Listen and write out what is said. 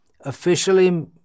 officially